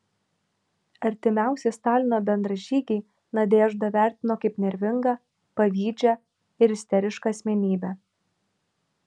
artimiausi stalino bendražygiai nadeždą vertino kaip nervingą pavydžią ir isterišką asmenybę